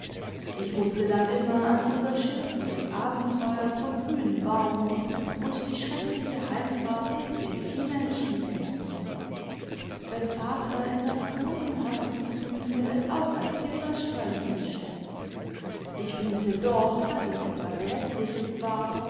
ich mußte dann immer an unser schimpfliches abenteuer vom grünen baum imd die schreckliche heimfahrt nüt den viehmenschen denken wenn vater in seiner großen herzensgüte es auch als kinderstreich hinstellt ich fühlte doch daß es etwas häßliches war